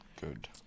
Good